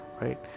right